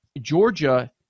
Georgia